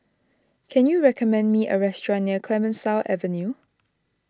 can you recommend me a restaurant near Clemenceau Avenue